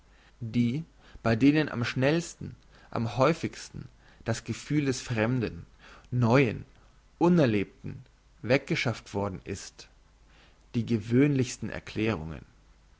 die bei denen am schnellsten am häufigsten das gefühl des fremden neuen unerlebten weggeschafft worden ist die gewöhnlichsten erklärungen